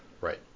right